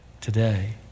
Today